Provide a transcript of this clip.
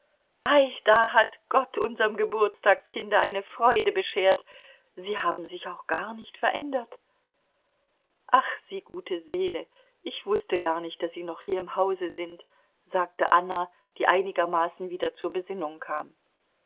ei da hat gott unserm geburtstagskinde eine freude beschert sie haben sich auch gar nicht verändert ach sie gute seele ich wußte gar nicht daß sie noch hier im hause sind sagte anna die einigermaßen wieder zur besinnung kam